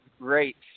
great